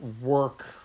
work